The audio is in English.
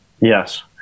Yes